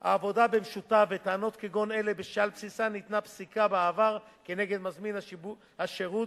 במשותף וטענות כגון אלה שעל בסיסן ניתנה פסיקה בעבר כנגד מזמין השירות,